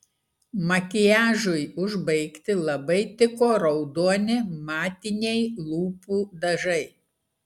makiažui užbaigti labai tiko raudoni matiniai lūpų dažai